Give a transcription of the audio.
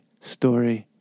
story